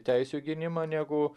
teisių gynimą negu